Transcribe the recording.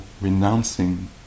renouncing